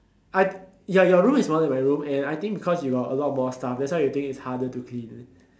I ya your room is smaller than my room and I think because you got a lot more stuff that's why you think it's harder to clean